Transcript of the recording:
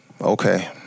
Okay